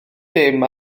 dim